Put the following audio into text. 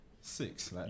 Six